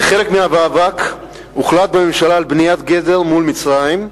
כחלק מהמאבק הוחלט בממשלה על בניית גדר מול מצרים,